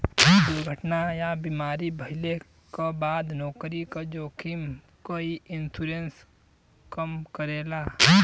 दुर्घटना या बीमारी भइले क बाद नौकरी क जोखिम क इ इन्शुरन्स कम करेला